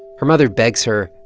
her mother begs her,